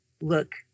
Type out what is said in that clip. look